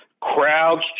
crowds